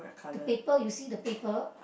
the paper you see the paper